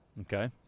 Okay